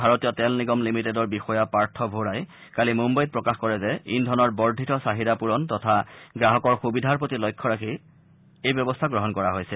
ভাৰতীয় তেল নিগম লিমিটেডৰ বিষয়া পাৰ্থ ভোৰাই কালি মুম্বাইত প্ৰকাশ কৰে যে ইন্ধনৰ বৰ্ধিত চাহিদা পূৰণ তথা গ্ৰাহকৰ সুবিধাৰ প্ৰতি লক্ষ্য ৰাখি এই ব্যৱস্থা গ্ৰহণ কৰা হৈছে